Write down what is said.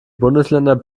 bundesländer